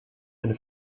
eine